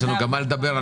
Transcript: יש לנו גם מה לדבר על